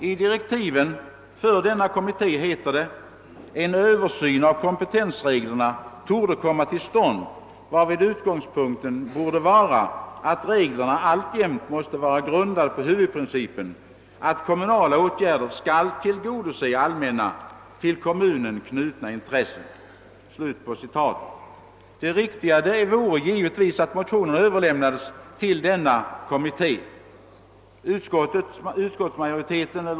I direktiven till kommunalrättskommittén står det: >»En översyn av kompetensreglerna torde komma till stånd, varvid utgångspunkten borde vara att reglerna alltjämt måste vara grundade på huvudprincipen att kommunala åtgärder skall tillgodose allmänna, till kommunen knutna intressen.» Det riktiga vore givetvis att motionen överlämnades till den kommittén.